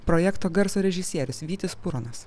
projekto garso režisierius vytis puronas